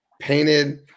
painted